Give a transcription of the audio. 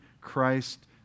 Christ